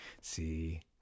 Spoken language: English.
See